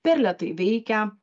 per lėtai veikia